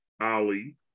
Ali